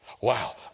Wow